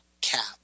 cap